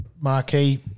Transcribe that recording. marquee